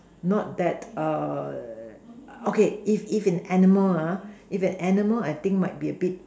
not that err okay if if an animal ah if an animal I think might be a bit